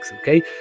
okay